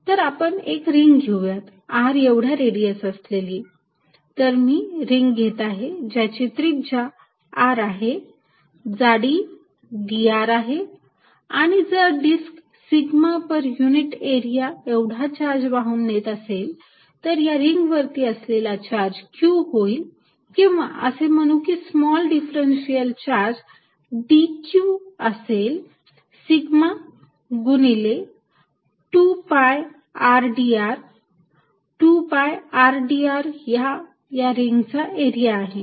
तर आपण एक रिंग घेऊयात R एवढी रेडियस असलेली तर मी एक रिंग घेत आहे ज्याची त्रिज्या R आहे जाडी dr आहे आणि जर disc sigma per unit area एवढा चार्ज वाहून नेत असेल तर या रिंग वरती असलेला चार्ज Q होईल किंवा असे म्हणू की स्मॉल डिफरेन्सीअल चार्ज dQ असेल सिग्मा गुणिले 2 pi r dr 2 pi r dr हा या रिंगचा एरिया आहे